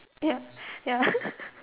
ya ya